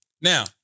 Now